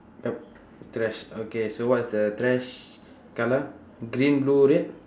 yup trash okay so what is the trash colour green blue red